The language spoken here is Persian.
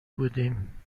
بودیم